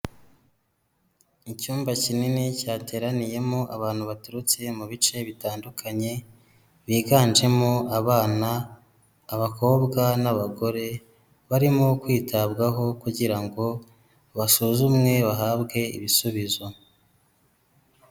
Icyumba kinini cyateraniyemo abantu baturutse mu bice bitandukanye, biganjemo abana, abakobwa n'abagore, barimo kwitabwaho kugira ngo basuzumwe bahabwe ibisubizo.